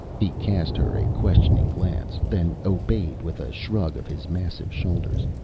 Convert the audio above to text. he cast her a questioning glance, then obeyed with a shrug of his massive shoulders.